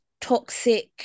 toxic